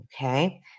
Okay